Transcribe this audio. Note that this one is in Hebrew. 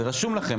זה רשום לכם.